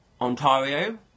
Ontario